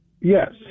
Yes